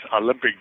Olympic